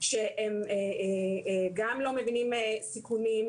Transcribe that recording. שהם גם לא מבינים סיכומים,